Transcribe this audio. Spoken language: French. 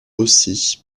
aussi